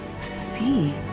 see